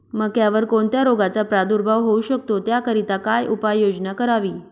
मक्यावर कोणत्या रोगाचा प्रादुर्भाव होऊ शकतो? त्याकरिता काय उपाययोजना करावी?